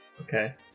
Okay